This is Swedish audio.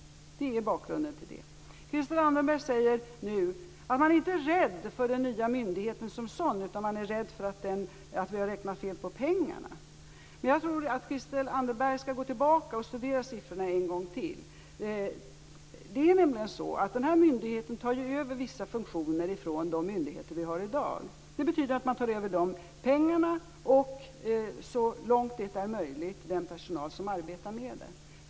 Det är detta som är bakgrunden. Chistel Anderberg sade att man inte är rädd för den nya myndigheten som sådan, utan man är oroad för att vi har räknat fel på pengarna. Jag tror att Christel Anderberg skall gå tillbaka och studera siffrorna en gång till. Denna myndighet tar över vissa funktioner från de myndigheter som finns i dag. Det betyder att man tar över deras pengar och så långt det är möjligt den personal som arbetar där.